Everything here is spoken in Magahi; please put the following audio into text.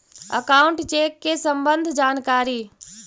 अकाउंट चेक के सम्बन्ध जानकारी?